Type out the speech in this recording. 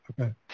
Okay